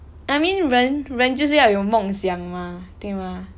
I mean 人人就是要有梦想 mah 对吗